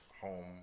Home